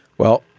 well,